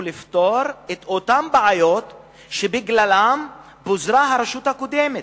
לפתור את אותן בעיות שבגללן פוזרה הרשות הקודמת.